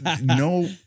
no